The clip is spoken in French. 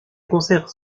concerts